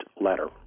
letter